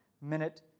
minute